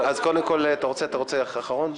אתה רוצה להיות אחרון?